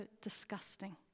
disgusting